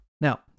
Now